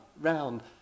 round